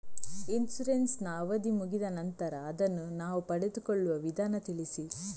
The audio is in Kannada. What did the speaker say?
ಇನ್ಸೂರೆನ್ಸ್ ನ ಅವಧಿ ಮುಗಿದ ನಂತರ ಅದನ್ನು ನಾವು ಪಡೆದುಕೊಳ್ಳುವ ವಿಧಾನ ತಿಳಿಸಿ?